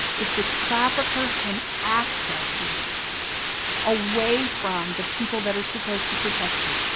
if the trafficker can access you away from the people that are supposed to protect you.